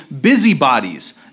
busybodies